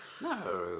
no